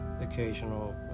occasional